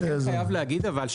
אני כן חייב להגיד אבל,